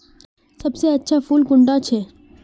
सबसे अच्छा फुल कुंडा छै?